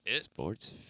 Sports